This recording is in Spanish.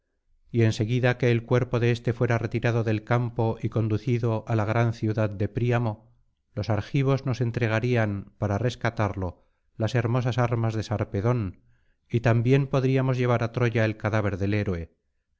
y en seguida que el cuerpo de este fuera retirado del campo y conducido á la gran ciudad de príamo los argivos nos entregarían para rescatarlo las hermosas armas de sarpedón y también podríamos llevar á troya el cadáver del héroe